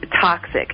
toxic